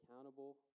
accountable